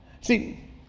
See